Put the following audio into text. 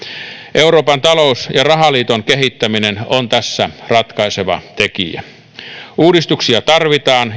euroopan talous ja rahaliiton kehittäminen on tässä ratkaiseva tekijä uudistuksia tarvitaan